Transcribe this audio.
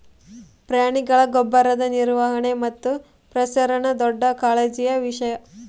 ಪ್ರಾಣಿಗಳ ಗೊಬ್ಬರದ ನಿರ್ವಹಣೆ ಮತ್ತು ಪ್ರಸರಣ ದೊಡ್ಡ ಕಾಳಜಿಯ ವಿಷಯ